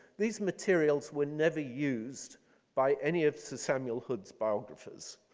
these materials were never used by any of sir samuel hood's biographies.